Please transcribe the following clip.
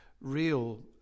real